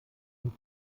und